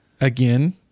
Again